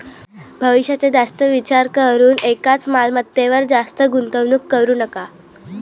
भविष्याचा जास्त विचार करून एकाच मालमत्तेवर जास्त गुंतवणूक करू नका